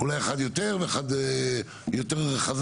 אולי אחד יותר ואולי אחד יותר חזק.